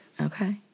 Okay